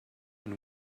and